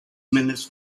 minutes